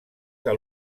que